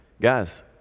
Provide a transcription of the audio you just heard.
guys